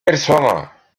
personnes